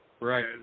Right